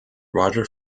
roger